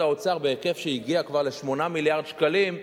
האוצר בהיקף שהגיע כבר ל-8 מיליארד שקלים.